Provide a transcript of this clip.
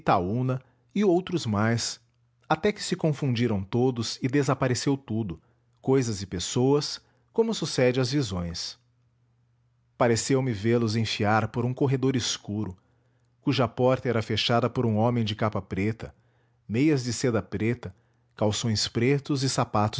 itaúna e outros mais até que se confundiram todos e desapareceu tudo cousas e pessoas como sucede às visões pareceu-me vê-los enfiar por um corredor escuro cuja porta era fechada por um homem de capa preta meias de seda preta calções pretos e sapatos